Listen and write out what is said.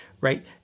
right